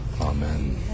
Amen